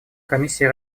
комиссия